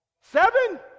Seven